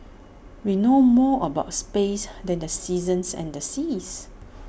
we know more about space than the seasons and the seas